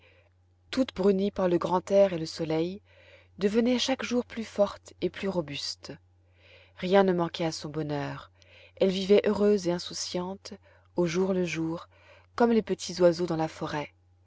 toute brunie par le grand air et le soleil devenait chaque jour plus forte et plus robuste rien ne manquait à son bonheur elle vivait heureuse et insouciante au jour le jour comme les petits oiseaux dans la forêt